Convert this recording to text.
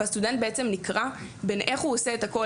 והסטודנט בעצם נקרע בין איך הוא עושה את הכול,